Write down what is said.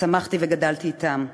צמחתי וגדלתי אתם.